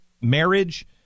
marriage